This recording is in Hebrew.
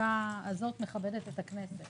החקיקה הזאת מכבדת את הכנסת.